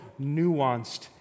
nuanced